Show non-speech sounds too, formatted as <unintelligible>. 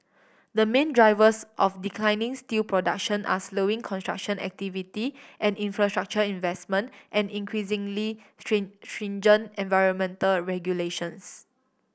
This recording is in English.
the main drivers of declining steel production are slowing construction activity and infrastructure investment and increasingly <unintelligible> stringent environmental regulations